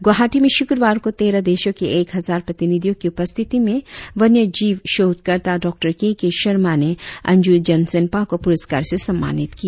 गुवाहाटी में शुक्रवार को तेरह देशो के एक हजार प्रतिनिधियो की उपस्थिति में वन्य जीव शीधकर्ता डां के के शर्मा ने अंशु जम्सेन्पा को पुरस्कार से सम्मानित किया